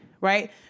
right